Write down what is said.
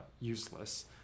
useless